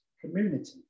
community